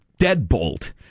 deadbolt